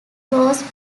closed